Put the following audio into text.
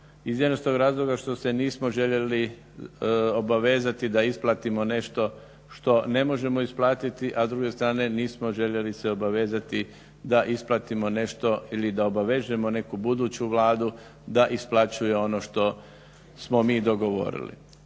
iz jednostavnog razloga što sse nismo željeli obavezati da isplatimo nešto što ne možemo isplatiti, a s druge strane nismo željeli se obavezati da isplatimo nešto ili da obavežemo neku buduću vladu da isplaćuje ono što smo mi dogovorili.